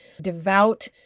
devout